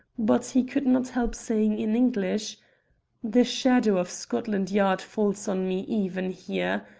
but he could not help saying in english the shadow of scotland yard falls on me even here.